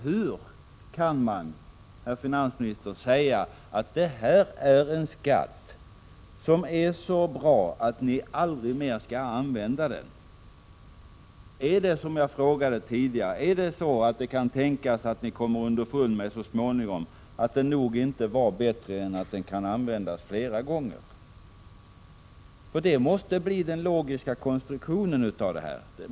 Hur kan ni, herr finansminister, säga att detta är en skatt som är så bra att ni aldrig mer skall använda den? Är det på det sättet — som jag sade tidigare — att det kan tänkas att ni så småningom kommer underfund med att den nog inte var ”bättre” än att den kan användas fler gånger? För det måste bli den logiska slutsatsen av detta.